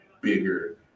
bigger